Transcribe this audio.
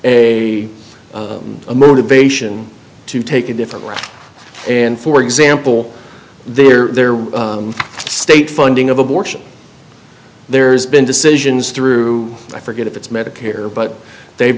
a motivation to take a different route and for example there were state funding of abortion there's been decisions through i forget if it's medicare but they've